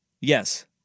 Yes